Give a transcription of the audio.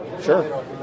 Sure